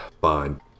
Fine